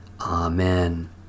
Amen